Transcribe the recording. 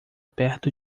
perto